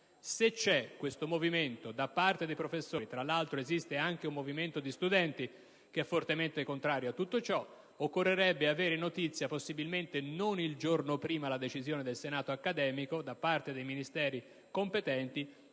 Se c'è questo movimento di professori (tra l'altro, esiste anche un movimento di studenti fortemente contrario) occorrerebbe avere notizie, possibilmente non il giorno prima la decisione del senato accademico, da parte dei Ministeri competenti